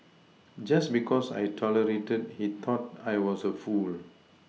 just because I tolerated he thought I was a fool